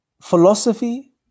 philosophy